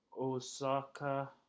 Osaka